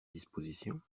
disposition